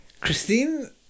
Christine